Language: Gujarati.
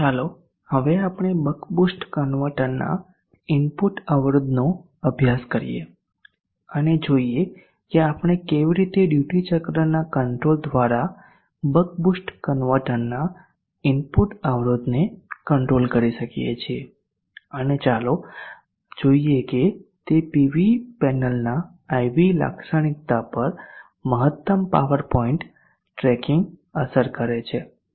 ચાલો હવે આપણે બક બૂસ્ટ કન્વર્ટરના ઇનપુટ અવરોધનો અભ્યાસ કરીએ અને જોઈએ કે આપણે કેવી રીતે ડ્યુટી ચક્રના કંટ્રોલ દ્વારા બક બૂસ્ટ કન્વર્ટરના ઇનપુટ અવરોધને કંટ્રોલ કરી શકીએ છીએ અને ચાલો જોઈએ કે તે પીવી પેનલના IV લાક્ષણિકતા પર મહત્તમ પાવર પોઇન્ટ ટ્રેકિંગ અસર કરે છે